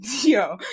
Yo